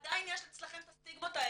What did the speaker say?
שעדיין יש אצלכם את הסטיגמות האלה.